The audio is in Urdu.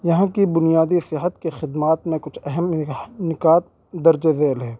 یہاں کی بنیادی صحت کے خدمات میں کچھ اہم نکات درج ذیل ہے